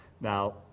Now